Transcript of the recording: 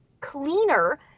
cleaner